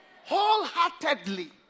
wholeheartedly